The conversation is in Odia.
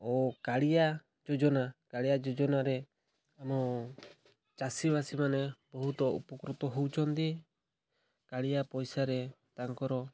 ଓ କାଳିଆ ଯୋଜନା କାଳିଆ ଯୋଜନାରେ ଆମ ଚାଷୀବାସୀ ମାନେ ବହୁତ ଉପକୃତ ହେଉଛନ୍ତି କାଳିଆ ପଇସାରେ ତାଙ୍କର